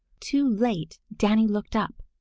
too late danny looked up.